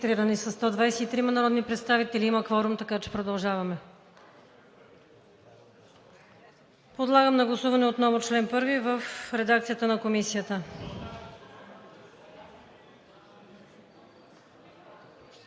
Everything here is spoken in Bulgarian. са 123 народни представители. Има кворум, така че продължаваме. Подлагам на гласуване отново чл. 1 в редакцията на Комисията.